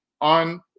on